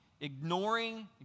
ignoring